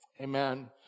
Amen